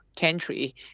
country